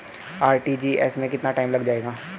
RTGS में कितना time लग जाएगा?